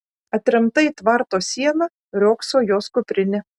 atremta į tvarto sieną riogso jos kuprinė